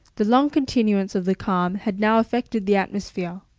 the long continuance of the calm had now affected the atmosphere.